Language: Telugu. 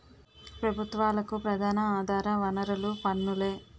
ప్రభుత్వాలకు ప్రధాన ఆధార వనరులు పన్నులే